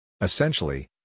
Essentially